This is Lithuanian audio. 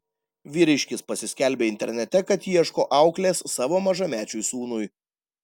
vyriškis pasiskelbė internete kad ieško auklės savo mažamečiui sūnui